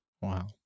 wow